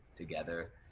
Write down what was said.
together